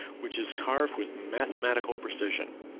which is carved with mathematical precision.